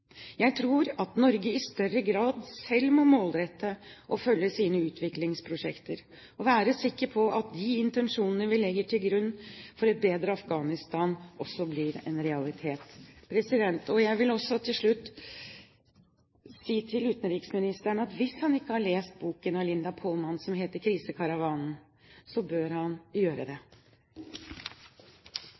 Jeg tror at Norge i større grad selv må målrette og følge sine utviklingsprosjekter, og være sikker på at de intensjonene vi legger til grunn for et bedre Afghanistan, også blir en realitet. Jeg vil også til slutt si til utenriksministeren at hvis han ikke har lest boken av Linda Polman som heter «Krisekaravanen», så bør han gjøre det.